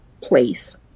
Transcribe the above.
place